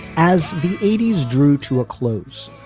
as the eighty s drew to a close.